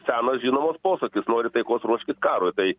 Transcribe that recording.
senas žinomas posakis nori taikos ruoškis karui tai